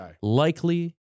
likely